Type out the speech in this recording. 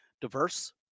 diverse